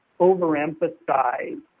overemphasize